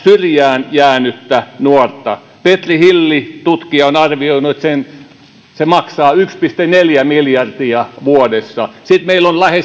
syrjään jäänyttä nuorta petri hilli tutkija on arvioinut että se maksaa yksi pilkku neljä miljardia vuodessa sitten meillä on lähes